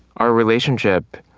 our relationship